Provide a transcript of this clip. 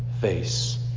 face